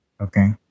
Okay